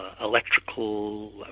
electrical